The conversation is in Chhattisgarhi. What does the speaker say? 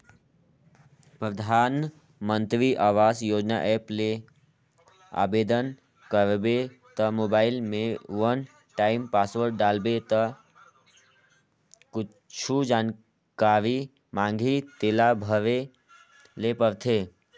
परधानमंतरी आवास योजना ऐप ले आबेदन करबे त मोबईल में वन टाइम पासवर्ड डालबे ता कुछु जानकारी मांगही तेला भरे ले परथे